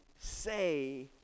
say